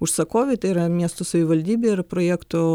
užsakovei tai yra miesto savivaldybei ir projekto